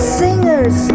singers